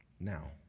Now